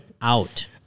out